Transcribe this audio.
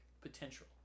potential